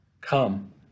Come